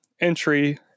entry